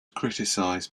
criticized